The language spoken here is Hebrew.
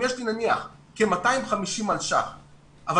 אם יש לי נניח כ-250 מיליון שקלים אבל